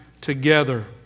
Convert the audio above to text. together